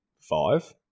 five